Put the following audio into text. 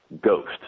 ghost